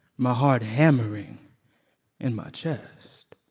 my heart hammering in my chest